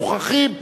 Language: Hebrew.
מוכרחים,